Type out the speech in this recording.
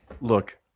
Look